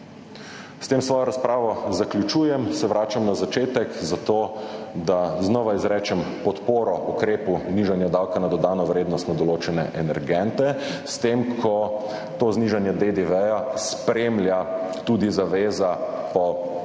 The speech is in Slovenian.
S tem svojo razpravo zaključujem. Vračam se na začetek zato, da znova izrečem podporo ukrepu nižanja davka na dodano vrednost na določene energente, s tem, ko to znižanje DDV spremlja tudi zaveza po